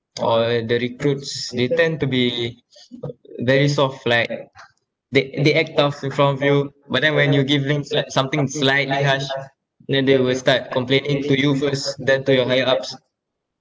or the recruits they tend to be very soft like they they act tough in front of you but then when you give things like something slightly harsh then they will start complaining to you first then to your higher ups